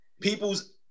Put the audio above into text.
people's